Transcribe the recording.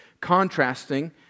contrasting